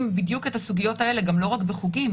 בדיוק את הסוגיות האלה לא רק בחוגים,